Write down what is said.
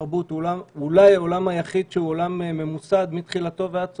התרבות הוא אולי העולם היחיד שהוא עולם ממוסד מתחילתו ועד סופו.